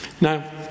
Now